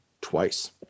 twice